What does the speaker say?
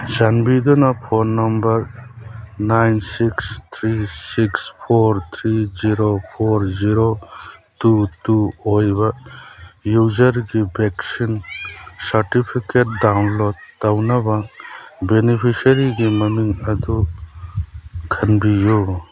ꯆꯥꯟꯕꯤꯗꯨꯅ phone number nine six three six four three zero four zero two two ꯑꯣꯏꯕ ꯌꯨꯖꯔꯒꯤ vaccine certificate download ꯇꯧꯅꯕ ꯕꯤꯅꯤꯐꯤꯁꯔꯤꯒꯤ ꯃꯃꯤꯡ ꯑꯗꯨ ꯈꯟꯕꯤꯌꯨ